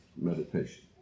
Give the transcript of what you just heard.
meditation